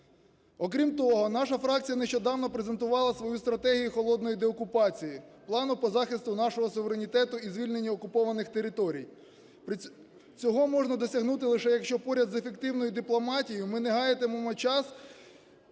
Окрім того наша фракція нещодавно презентувала свою стратегію "холодної деокупації" – плану по захисту нашого суверенітету і звільнення окупованих територій. Цього можна досягнути лише якщо поряд з ефективною дипломатією ми не гаятимемо час